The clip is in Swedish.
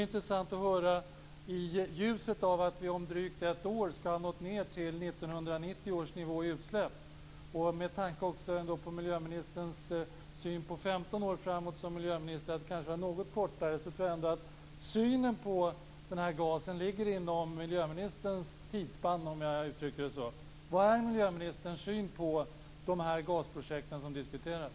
I ljuset av att vi om drygt ett år skall ha nått ned till 1990 års nivå i fråga om utsläpp och med tanke på miljöministerns syn på 15 år framåt som miljöminister - kanske något kortare - tror jag ändå att synen på denna gas ligger inom miljöministerns tidsspann, om jag uttrycker det så. Det vore därför intressant att höra miljöministerns syn på de gasprojekt som diskuteras.